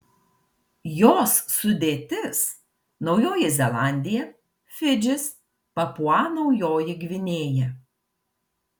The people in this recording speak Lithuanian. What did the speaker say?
jos sudėtis naujoji zelandija fidžis papua naujoji gvinėja